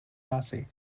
massey